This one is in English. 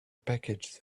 package